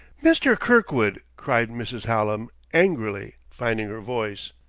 mr. kirkwood! cried mrs. hallam angrily, finding her voice.